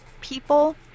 people